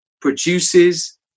produces